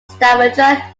stavanger